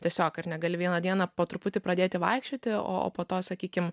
tiesiog ir negali vieną dieną po truputį pradėti vaikščioti o po to sakykime